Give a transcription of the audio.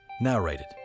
narrated